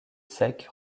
secs